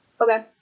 Okay